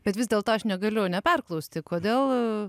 bet vis dėlto aš negaliu neperklausti kodėl